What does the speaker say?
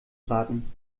braten